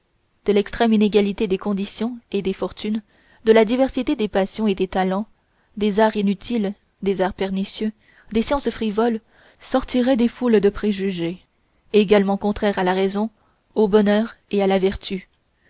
de l'extrême inégalité des conditions et des fortunes de la diversité des passions et des talents des arts inutiles des arts pernicieux des sciences frivoles sortiraient des foules de préjugés également contraires à la raison au bonheur et à la vertu